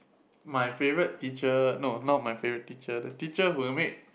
my favourite teacher no not my favourite teacher the teacher who made